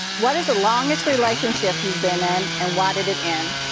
what is the longest relationship you've been in and why did it end?